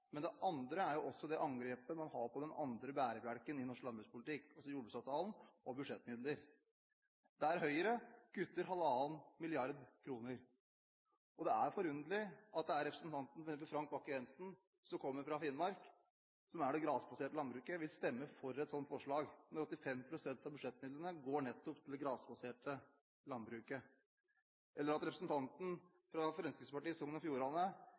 men man angriper jo også den andre bærebjelken i norsk landbrukspolitikk, nemlig jordbruksavtalen og budsjettmidler, der Høyre kutter 1,5 mrd. kr. Det er forunderlig at representanten Frank Bakke-Jensen, som kommer fra Finnmark, som representerer det grasbaserte landbruket, vil stemme for et slikt forslag, når 85 pst. av budsjettmidlene går nettopp til det grasbaserte landbruket. Det er også forunderlig at representanten fra Fremskrittspartiet i Sogn og Fjordane